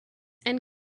and